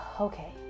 okay